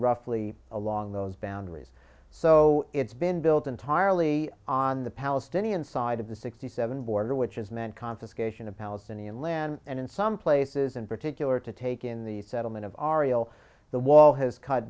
roughly along those boundaries so it's been built entirely on the palestinian side of the sixty seven border which is meant confiscation of palestinian land and in some places in particular to take in the settlement of r e l the wall has cut